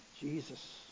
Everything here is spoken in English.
Jesus